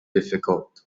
difficult